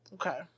Okay